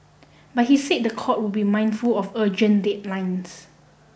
but he said the court would be mindful of urgent deadlines